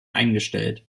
eingestellt